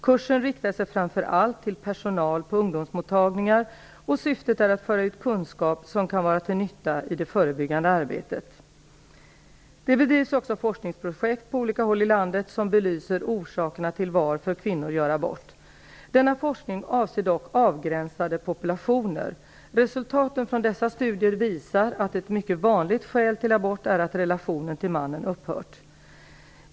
Kursen riktar sig framför allt till personal på ungdomsmottagningar och syftet är att föra ut kunskap som kan vara till nytta i det förebyggande arbetet. Det bedrivs också forskningsprojekt på olika håll i landet som belyser orsakerna till att kvinnor gör abort. Denna forskning avser dock avgränsade populationer. Resultaten från dessa studier visar att ett mycket vanligt skäl till abort är att relationen till mannen upphört.